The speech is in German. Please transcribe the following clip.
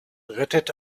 rettet